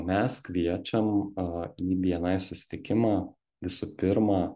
mes kviečiam a į bni susitikimą visų pirma